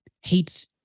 hates